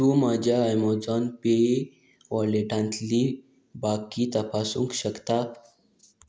तूं म्हज्या Amazon pay वॉलेटांतली बाकी तपासूंक शकता